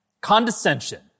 Condescension